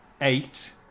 eight